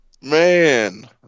man